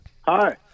Hi